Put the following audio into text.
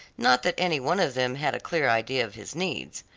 not that any one of them had a clear idea of his needs.